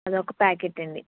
అదొక ప్యాకెట్ అండీ